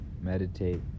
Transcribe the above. meditate